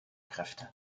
kräfte